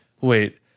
wait